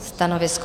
Stanovisko?